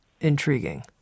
intriguing